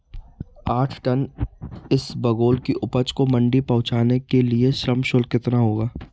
आठ टन इसबगोल की उपज को मंडी पहुंचाने के लिए श्रम शुल्क कितना होगा?